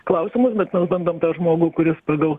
klausimus bet mes bandom tą žmogų kuris pagal